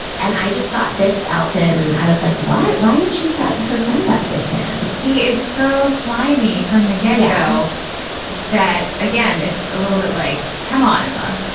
and i just thought this out. and i was like, why? why would she set her friend up with him? he is so slimy from the get-go that, again, it's a little bit like, come on, emma,